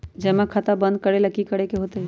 जमा खाता बंद करे ला की करे के होएत?